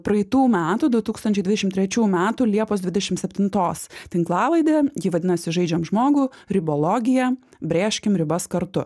praeitų metų du tūkstančiai dvidešim trečių metų liepos dvidešim septintos tinklalaidę ji vadinasi žaidžiam žmogų ribologija brėžkim ribas kartu